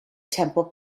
temple